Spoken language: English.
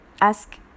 Ask